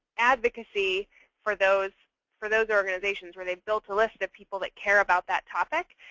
advocacy for those for those organizations where they've built a list of people that care about that topic,